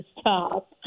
stop